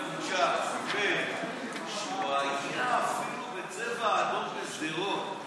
סיפר שהוא היה אפילו בצבע אדום בשדרות.